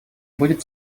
будет